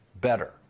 better